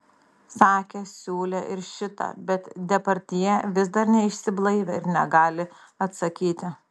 sakė siūlė ir šitą bet depardjė vis dar neišsiblaivė ir negali atsakyti